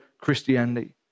Christianity